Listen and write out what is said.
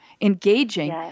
engaging